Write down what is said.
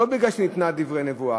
לא כי ניתנה כדברי נבואה.